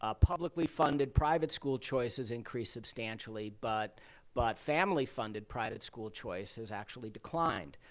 ah publicly funded private school choice has increased substantially, but but family funded private school choice has actually declined.